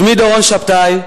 שמי דורון שבתאי,